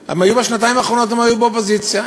בשנתיים האחרונות הם היו באופוזיציה,